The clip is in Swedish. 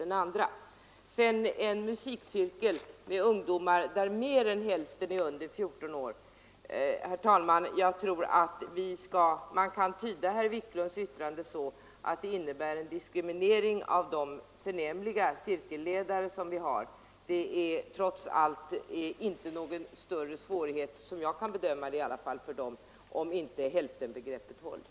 Vad beträffar en musikcirkel med ungdomar där mer än hälften är under 14 år tror jag, herr talman, att man kan tyda herr Wiklunds yttrande som en diskriminering av de förnämliga cirkelledare som finns. Det är trots allt, såvitt jag kan bedöma, i varje fall inte någon större svårighet för dem om inte hälftenbegreppet hålls.